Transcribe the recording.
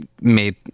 made